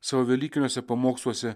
savo velykiniuose pamoksluose